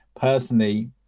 personally